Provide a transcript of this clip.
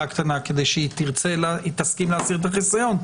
הקטנה כדי שתרצה ותסכים להסיר את החיסיון.